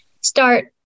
start